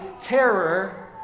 terror